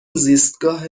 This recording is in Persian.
زیستگاه